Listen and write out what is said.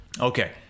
Okay